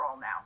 now